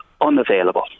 unavailable